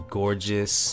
gorgeous